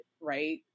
right